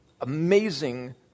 amazing